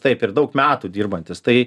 taip ir daug metų dirbantys tai